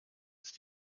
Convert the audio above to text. ist